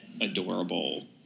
adorable